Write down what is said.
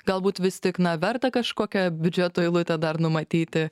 galbūt vis tik verta kažkokia biudžeto eilutė dar numatyti